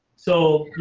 so,